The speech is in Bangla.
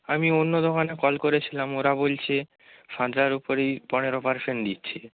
আমি অন্য দোকানে কল করেছিলাম ওরা বলছে সাঁতরার ওপরেই পনেরো পার্সেন্ট দিচ্ছে